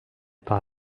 par